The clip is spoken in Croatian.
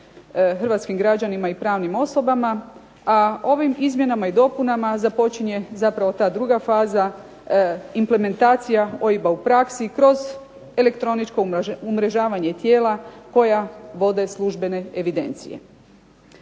hrvatskim građanima i pravnim osobama, a ovim izmjenama i dopunama započinje zapravo ta druga faza implementacija OIB-a u praksi kroz elektroničko umrežavanje tijela koja vode službene evidencije.